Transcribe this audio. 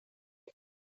und